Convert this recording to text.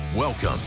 Welcome